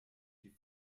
die